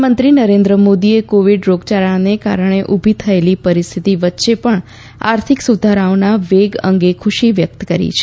પ્રધાનમંત્રી નરેન્દ્ર મોદીએ કોવિડ રોગયાળાને કારણે ઉભી થયેલી પરિસ્થિતિ વચ્ચે પણ આર્થિક સુધારાઓના વેગ અંગે ખુશી વ્યક્ત કરી છે